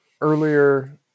Earlier